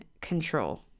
control